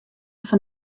fan